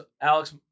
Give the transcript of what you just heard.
Alex